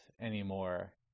anymore